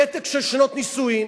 ותק של שנות נישואים.